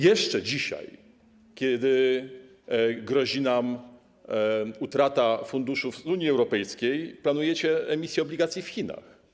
Jeszcze dzisiaj, kiedy grozi nam utrata funduszy z Unii Europejskiej, planujecie emisję obligacji w Chinach.